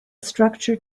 structure